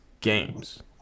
games